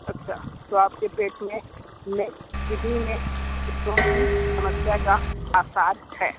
अच्छा तो आपके पेट में लेफ़्ट किडनी में स्टोन की समस्या का आसार है